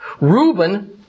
Reuben